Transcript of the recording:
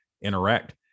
interact